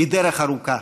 היא דרך ארוכה.